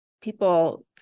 people